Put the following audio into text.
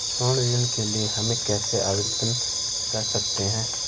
स्वर्ण ऋण के लिए हम कैसे आवेदन कर सकते हैं?